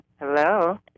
Hello